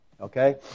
okay